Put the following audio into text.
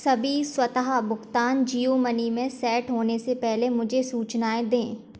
सभी स्वतः भुगतान जियो मनी में सेट होने से पहले मुझे सूचनाएँ दें